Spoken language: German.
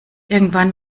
irgendwann